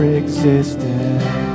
existence